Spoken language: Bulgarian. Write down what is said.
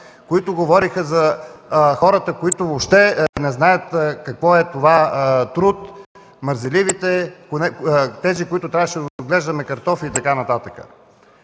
изяли резерва, за хората, които въобще не знаят какво е това труд, мързеливите, тези, които трябваше да отглеждаме картофи и така нататък.